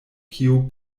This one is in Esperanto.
kio